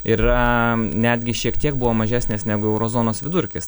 yra netgi šiek tiek buvo mažesnės negu euro zonos vidurkis